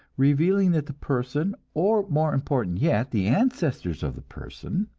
revealing that the person, or more important yet, the ancestors of the person,